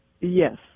Yes